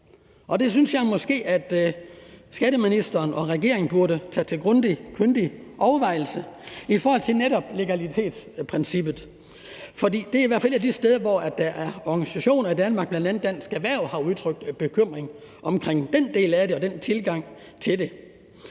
det synes jeg måske at skatteministeren og regeringen grundigt og kyndigt burde overveje i forhold til netop legalitetsprincippet. For det er i hvert fald et af de steder, hvor der er organisationer i Danmark, bl.a. Dansk Erhverv, der har udtrykt bekymring om den del af det og den tilgang til det.